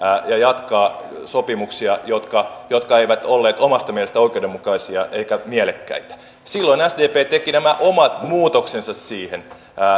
ja jatkaa sopimuksia jotka jotka eivät olleet omasta mielestä oikeudenmukaisia eivätkä mielekkäitä silloin sdp teki nämä omat muutoksensa siihen